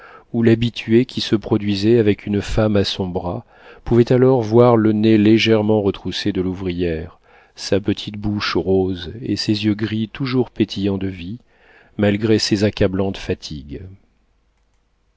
ou l'habitué qui se produisait avec une femme à son bras pouvaient alors voir le nez légèrement retroussé de l'ouvrière sa petite bouche rose et ses yeux gris toujours pétillants de vie malgré ses accablantes fatigues